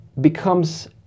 becomes